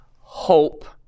hope